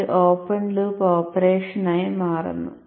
ഇത് ഒരു open loop ഓപ്പറേഷനായി മാറുന്നു